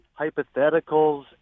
hypotheticals